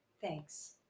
Thanks